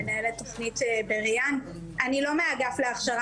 מנהלת תוכנית בריאן אני לא מהאגף להכשרה